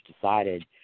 decided